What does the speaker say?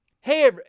Hey